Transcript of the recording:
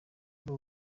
ari